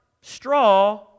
straw